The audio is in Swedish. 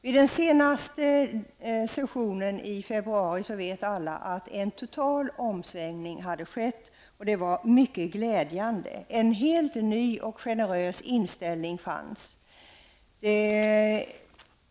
Vid den senaste sessionen i februari, det vet ni alla, hade en total omsvängning skett. Det var mycket glädjande. En helt ny och generös inställning fanns plötsligt.